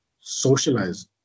socialize